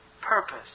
purpose